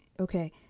Okay